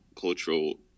cultural